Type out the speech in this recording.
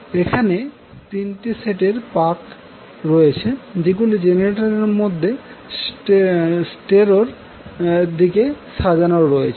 এখানে এখানে তিনটি সেটের পাক রয়েছে যেগুলি জেনারেটর এর মধ্যে স্টেটর এর দিকে সাজানো রয়েছে